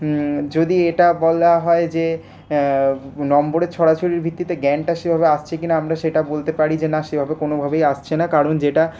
যদি এটা বলা হয় যে নম্বরের ছড়াছড়ির ভিত্তিতে জ্ঞানটা সেভাবে আসছে কিনা আমরা বলতে পারি যে না সেভাবে কোনোভাবেই আসছে না কারণ যেটা